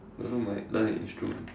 don't know mate learn an instrument